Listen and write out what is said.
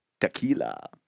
Tequila